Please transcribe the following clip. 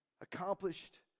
accomplished